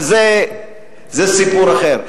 אבל זה סיפור אחר.